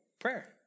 prayer